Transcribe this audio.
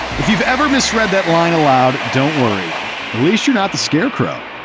if you've ever misread that line aloud, don't worry. at least you're not the scarecrow.